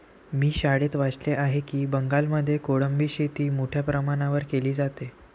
मी शाळेत वाचले आहे की बंगालमध्ये कोळंबी शेती मोठ्या प्रमाणावर केली जाते